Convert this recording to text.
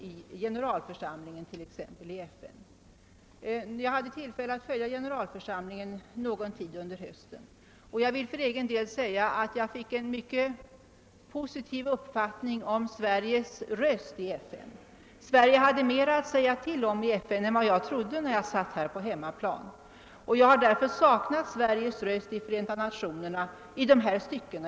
Under någon tid i höstas hade jag t.ex. tillfälle att gästa FN:s generalförsamling och fick därvid en mycket positiv uppfattning om Sveriges röst i FN. Sverige hade mera att säga till om i FN än jag trodde, när jag befann mig här på hemmaplan, och därför har jag i dessa frågor saknat Sveriges röst i Förenta nationerna.